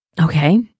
Okay